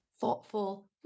thoughtful